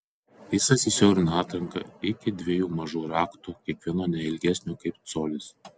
jisai susiaurino atranką iki dviejų mažų raktų kiekvieno ne ilgesnio kaip colis